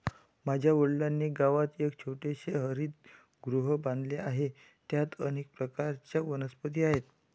माझ्या वडिलांनी गावात एक छोटेसे हरितगृह बांधले आहे, त्यात अनेक प्रकारच्या वनस्पती आहेत